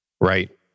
right